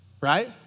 right